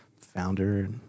founder